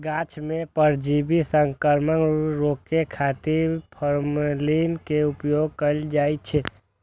माछ मे परजीवी संक्रमण रोकै खातिर फॉर्मेलिन के उपयोग कैल जाइ छै